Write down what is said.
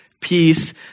peace